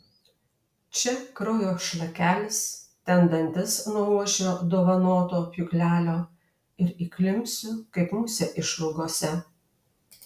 čia kraujo šlakelis ten dantis nuo uošvio dovanoto pjūklelio ir įklimpsiu kaip musė išrūgose